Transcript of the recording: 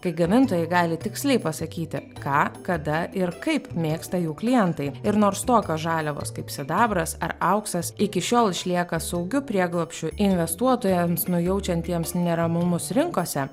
kai gamintojai gali tiksliai pasakyti ką kada ir kaip mėgsta jų klientai ir nors tokios žaliavos kaip sidabras ar auksas iki šiol išlieka saugiu prieglobsčiu investuotojams nujaučiantiems neramumus rinkose